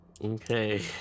Okay